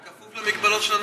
כפוף למגבלות של הנומרטור.